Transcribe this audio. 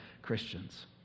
Christians